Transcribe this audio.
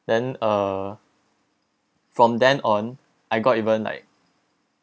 then uh from then on I got even like